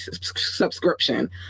subscription